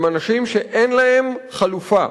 הם אנשים שאין להם חלופה,